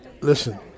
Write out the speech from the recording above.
Listen